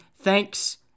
Thanks